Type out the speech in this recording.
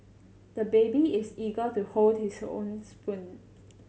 the baby is eager to hold his own spoon